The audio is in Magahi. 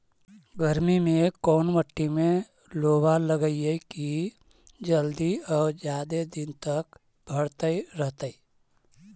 गर्मी में कोन मट्टी में लोबा लगियै कि जल्दी और जादे दिन तक भरतै रहतै?